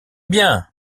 bien